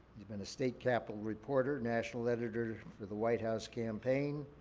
he's been a state capital reporter, national editor for the white house campaign.